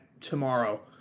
tomorrow